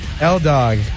L-Dog